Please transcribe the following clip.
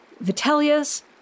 Vitellius